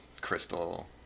crystal